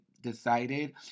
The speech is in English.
decided